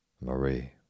Marie